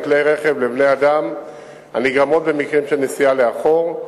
כלי רכב לבני-אדם הנגרמות במקרים של נסיעה לאחור,